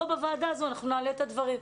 בוועדה הזו אנחנו נעלה את הדברים.